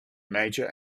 major